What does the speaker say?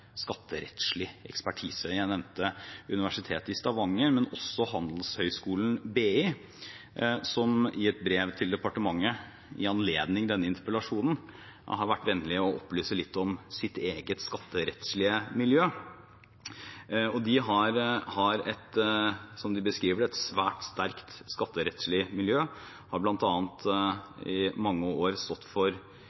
skatterettslig ekspertise. Jeg nevnte Universitetet i Stavanger, men vi har også Handelshøyskolen BI, som i et brev til departementet i anledning denne interpellasjonen har vært så vennlige å opplyse litt om sitt eget skatterettslige miljø. De har et, som de beskriver det, svært sterkt skatterettslig miljø. De har